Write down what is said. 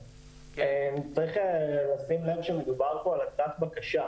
צריך לשים לב שמדובר פה על הצעת בקשה,